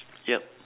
yeah